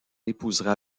épousera